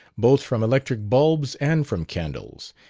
both from electric bulbs and from candles.